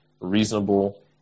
reasonable